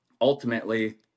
ultimately